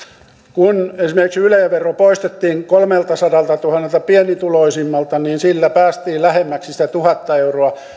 kun esimerkiksi yle vero poistettiin kolmeltasadaltatuhannelta pienituloisimmalta niin sillä päästiin lähemmäksi sitä tuhatta euroa